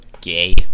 Gay